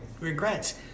regrets